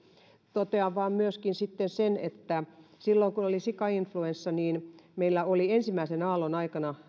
totean vain myöskin sen että silloin kun oli sikainfluenssa meillä oli ensimmäisen aallon aikana